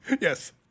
Yes